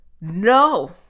no